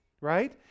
right